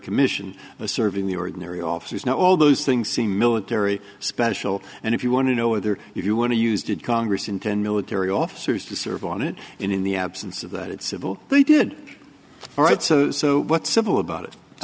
commission the serving the ordinary officers now all those things see military special and if you want to know whether you want to use did congress intend military officers to serve on it and in the absence of that it's civil they did all right so so what's civil about it i